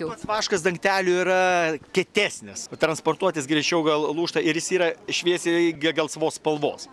pats vaškas dangtelių yra kietesnis transportuot jis greičiau gal lūžta ir jis yra šviesiai g gelsvos spalvos